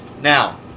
Now